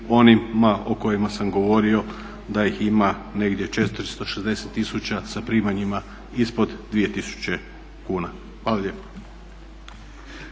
onima o kojima sam govorio da ih ima negdje 460000 sa primanjima ispod 2000 kuna. Hvala lijepo.